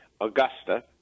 Augusta